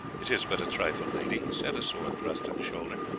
it is but a trifle, lady, he said a sword-thrust in the shoulder,